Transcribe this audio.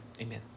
Amen